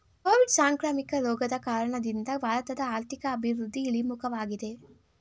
Covid ಸಾಂಕ್ರಾಮಿಕ ರೋಗದ ಕಾರಣದಿಂದ ಭಾರತದ ಆರ್ಥಿಕ ಅಭಿವೃದ್ಧಿ ಇಳಿಮುಖವಾಗಿದೆ